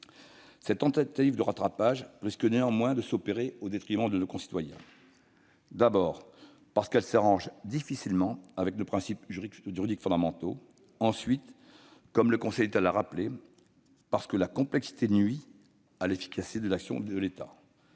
Cette tentative de rattrapage risque néanmoins de s'effectuer au détriment de nos concitoyens, d'abord parce qu'elle s'arrange difficilement avec nos principes juridiques fondamentaux ; ensuite, comme le Conseil d'État l'a rappelé, parce que la complexité nuit à l'efficacité de l'action de l'État